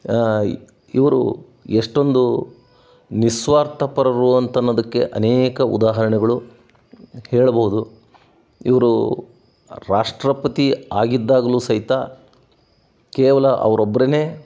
ಇವರು ಎಷ್ಟೊಂದು ನಿಸ್ವಾರ್ಥ ಪರರು ಅಂತ ಅನ್ನೋದಕ್ಕೆ ಅನೇಕ ಉದಾಹರಣೆಗಳು ಹೇಳಬಹುದು ಇವರು ರಾಷ್ಟ್ರಪತಿ ಆಗಿದ್ದಾಗಲೂ ಸಹಿತ ಕೇವಲ ಅವರೊಬ್ರೆ